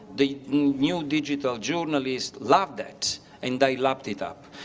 the new digital journalists love that and they lapped it up.